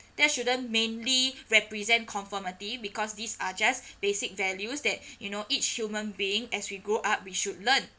that shouldn't mainly represent conformity because these are just basic values that you know each human being as we grow up we should learn